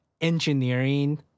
engineering